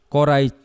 Korai